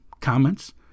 comments